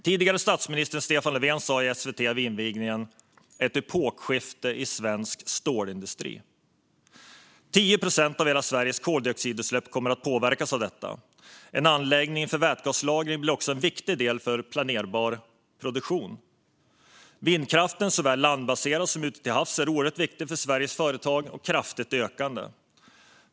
Tidigare statsministern Stefan Löfven talade i SVT vid invigningen om ett epokskifte i svensk stålindustri. 10 procent av hela Sveriges koldioxidutsläpp kommer att påverkas av detta. En anläggning för vätgaslagring blir också en viktig del för planerbar produktion. Vindkraften, såväl landbaserad som ute till havs, är oerhört viktig för Sveriges företag och kraftigt ökande.